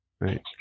Right